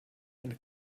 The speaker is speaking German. eine